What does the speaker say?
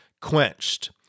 quenched